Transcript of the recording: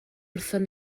wrthon